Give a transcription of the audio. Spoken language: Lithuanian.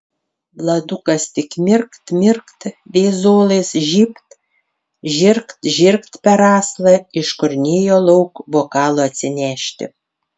vladukas tik mirkt mirkt veizolais žybt žirgt žirgt per aslą iškurnėjo lauk bokalo atsinešti